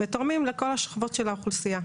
ותורמים לכל השכבות של האוכלוסייה.